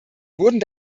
wurden